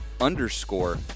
underscore